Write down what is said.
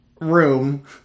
room